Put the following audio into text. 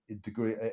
degree